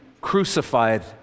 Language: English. crucified